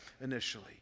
initially